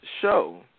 show